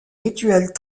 rituels